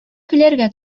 көләргә